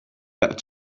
that